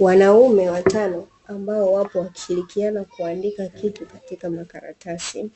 Wanaume watano ambao wapo wakishirikiana kuandika kitu katika makaratasi